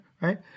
right